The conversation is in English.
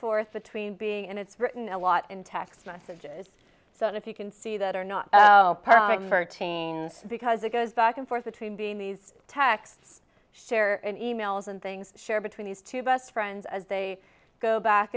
forth between being and it's written a lot in text messages so if you can see that are not perfect for teens because it goes back and forth between being these texts share and emails and things share between these two best friends as they go back